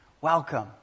Welcome